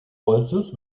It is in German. holzes